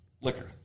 liquor